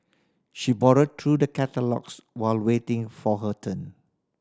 she borrow through the catalogues while waiting for her turn